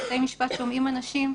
בתי משפט שומעים אנשים.